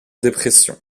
dépression